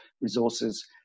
resources